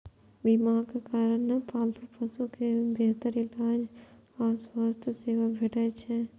बीमाक कारण पालतू पशु कें बेहतर इलाज आ स्वास्थ्य सेवा भेटैत छैक